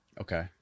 Okay